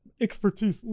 expertise